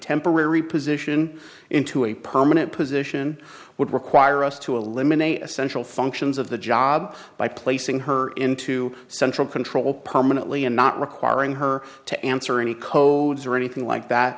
temporary position into a permanent position would require us to eliminate essential functions of the job by placing her into central control permanently and not requiring her to answer any code or anything like that